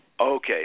Okay